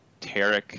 Tarek